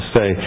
say